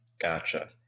Gotcha